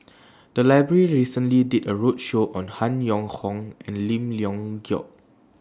The Library recently did A roadshow on Han Yong Hong and Lim Leong Geok